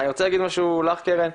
משהו לך קרן,